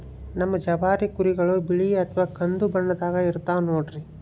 ನಮ್ ಜವಾರಿ ಕುರಿಗಳು ಬಿಳಿ ಅಥವಾ ಕಂದು ಬಣ್ಣದಾಗ ಇರ್ತವ ನೋಡ್ರಿ